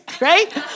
right